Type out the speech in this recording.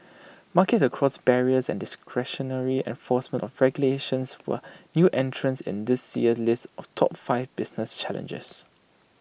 market across barriers and discretionary enforcement of regulations were new entrants in this year's list of top five business challenges